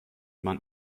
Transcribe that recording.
man